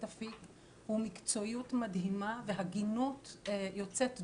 אפיק הוא מקצועיות מדהימה והגינות יוצאת דופן.